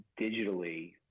digitally